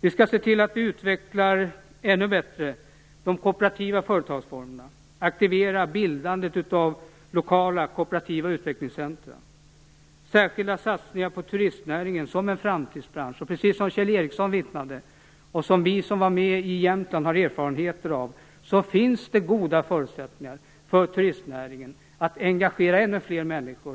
Vi skall se till att vi utvecklar ännu bättre de kooperativa företagsformerna och aktiverar bildandet av lokala kooperativa utvecklingscentrum. Särskilda satsningar skall ske på turistnäringen som en framtidsbransch. Precis som Kjell Ericsson vittnade, och som vi som var med i Jämtland har erfarenheter av, finns det goda förutsättningar för turistnäringen att